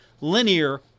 linear